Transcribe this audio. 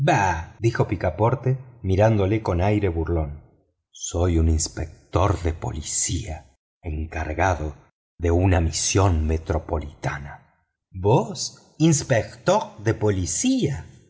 dijo picaporte mirándolo con aire burlón soy inspector de policía encargado de una misión vos inspector de policía sí